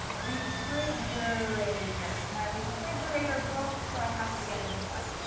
refrigerator, my refrigerator broke so i have to get a new one.